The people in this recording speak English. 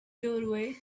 doorway